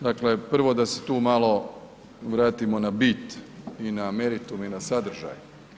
Dakle, prvo da se tu malo vratimo na bit i na meritum i na sadržaj.